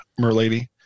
Merlady